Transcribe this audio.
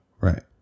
Right